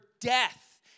death